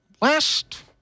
Last